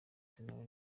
sentore